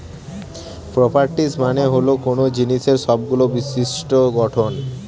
properties মানে হল কোনো জিনিসের সবগুলো বিশিষ্ট্য গঠন